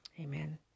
Amen